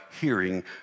hearing